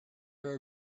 are